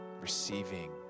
receiving